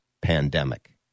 pandemic